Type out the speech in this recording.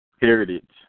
Heritage